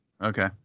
Okay